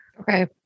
Okay